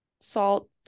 salt